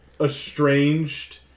estranged